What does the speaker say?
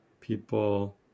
people